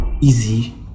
easy